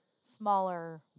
smaller